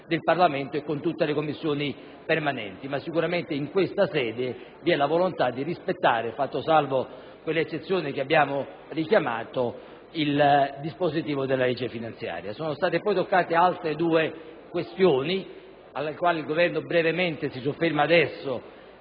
del Parlamento e con tutte le Commissioni permanenti. Sicuramente in questa sede vi è la volontà di rispettare, fatta salva l'eccezione che abbiamo richiamato, il dispositivo della legge finanziaria. Sono state poi toccate altre due questioni, sulle quali il Governo brevemente si sofferma adesso